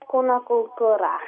kūno kultūra